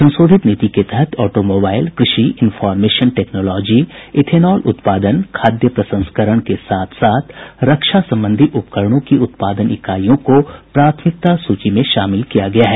संशोधित नीति के तहत ऑटोमोबाईल कृषि इंफॉर्मेशन टेक्नोलॉजी इथेनॉल उत्पादन खाद्य प्रसंस्करण के साथ साथ रक्षा संबंधी उपकरणों की उत्पादन इकाईयों को प्राथमिकता सूची में शामिल किया गया है